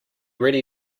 ready